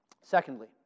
Secondly